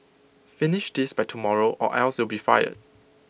finish this by tomorrow or else you'll be fired